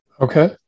Okay